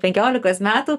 penkiolikos metų